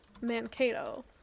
Mankato